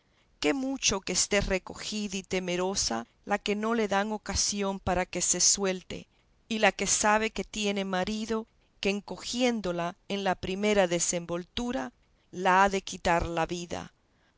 qué mucho que esté recogida y temerosa la que no le dan ocasión para que se suelte y la que sabe que tiene marido que en cogiéndola en la primera desenvoltura la ha de quitar la vida